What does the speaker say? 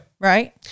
right